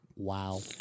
Wow